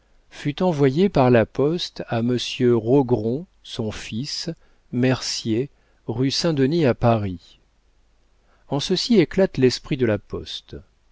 fut envoyée par la poste à monsieur rogron son fils mercier rue saint-denis à paris en ceci éclate l'esprit de la poste